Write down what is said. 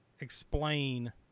explain